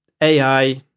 AI